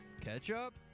ketchup